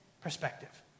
perspective